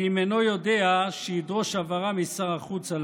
ואם אינו יודע, שידרוש הבהרה בעניין משר החוץ.